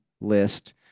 list